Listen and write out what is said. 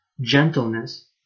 gentleness